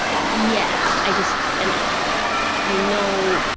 yeah. i just, and i i know.